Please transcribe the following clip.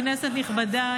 כנסת נכבדה,